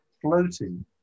Floating